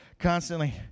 constantly